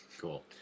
Cool